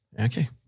Okay